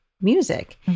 music